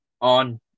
on